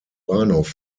bahnhof